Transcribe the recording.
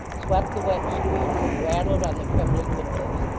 swept the wet streets, and rattled on the trembling windows.